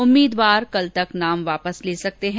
उम्मीदवार कल तक नाम वापस ले सकते हैं